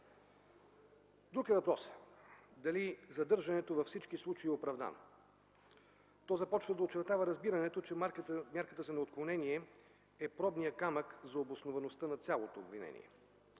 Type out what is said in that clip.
Друг е въпросът дали задържането във всички случаи е оправдано. То започва да очертава разбирането, че мярката за неотклонение е пробният камък за обосноваността на цялото обвинение.